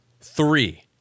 Three